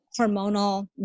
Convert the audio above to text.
hormonal